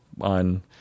on